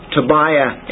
Tobiah